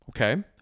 Okay